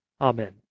amen